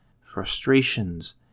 frustrations